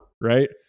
Right